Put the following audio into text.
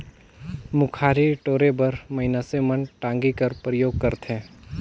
मुखारी टोरे बर मइनसे मन टागी कर परियोग करथे